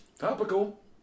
topical